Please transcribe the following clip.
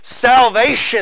salvation